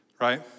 right